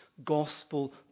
gospel